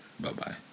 Bye-bye